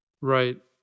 Right